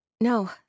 no